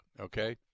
okay